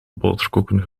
boterkoeken